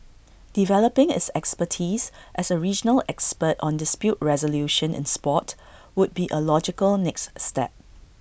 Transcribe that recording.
developing its expertise as A regional expert on dispute resolution in Sport would be A logical next step